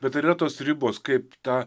bet ar yra tos ribos kaip tą